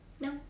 No